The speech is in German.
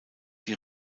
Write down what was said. die